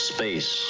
Space